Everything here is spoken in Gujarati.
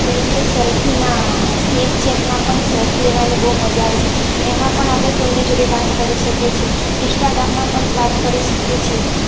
જેમકે સેલ્ફીમાં સ્નેપચેટમાં પણ સેલ્ફી લેવાની બહુ મજા આવે છે એમાં પણ આપણે કોઇની જોડે વાત કરી શકીએ છીએ ઇન્સ્ટાગ્રામમાં પણ વાત કરી શકીએ છીએ